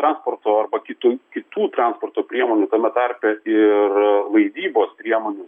transporto arba kitų kitų transporto priemonių tame tarpe ir laivybos priemonių